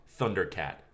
Thundercat